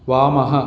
वामः